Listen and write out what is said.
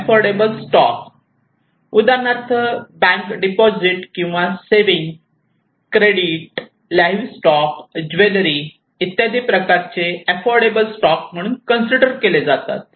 affordable stock उदाहरणार्थ bank deposit किंवा saving credit live stock jewellery इत्यादी प्रकारचे अफोर्डेबल स्टॉक म्हणून कन्सिडर केले जातात